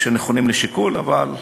שהם נכונים לשיקול, אבל,